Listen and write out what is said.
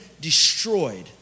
destroyed